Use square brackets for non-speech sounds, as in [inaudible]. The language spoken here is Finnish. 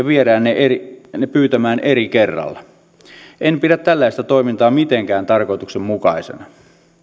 [unintelligible] viedään ne pyytämään eri kerralla en pidä tällaista toimintaa mitenkään tarkoituksenmukaisena